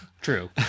True